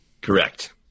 Correct